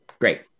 Great